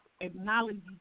acknowledge